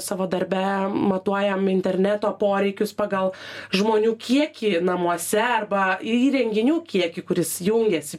savo darbe matuojam interneto poreikius pagal žmonių kiekį namuose arba įrenginių kiekį kuris jungiasi